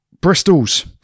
Bristol's